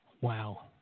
Wow